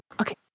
Okay